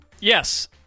Yes